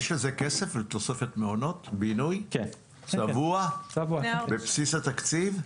יש כסף לתוספת מעונות בינוי צבוע בבסיס התקציב?